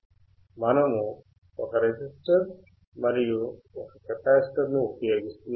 మనము ఒక రెసిస్టర్ మరియు ఒక కెపాసిటర్ను ఉపయోగిస్తున్నాము కదా